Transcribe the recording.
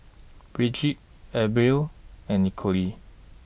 Bridgett Abril and Nicolette